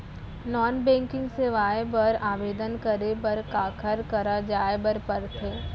non banking सेवाएं बर आवेदन करे बर काखर करा जाए बर परथे